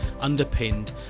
underpinned